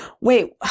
wait